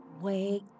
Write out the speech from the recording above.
Wake